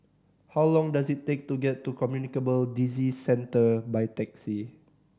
how long does it take to get to Communicable Disease Centre by taxi